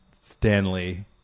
Stanley